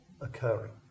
occurring